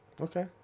Okay